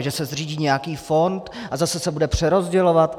Že se tady zřídí nějaký fond a zase se bude přerozdělovat.